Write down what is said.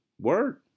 Word